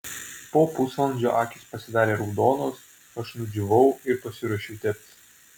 po pusvalandžio akys pasidarė raudonos aš nudžiūvau ir pasiruošiau teptis